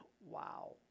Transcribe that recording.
Wow